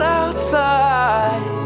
outside